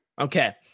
Okay